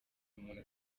umuntu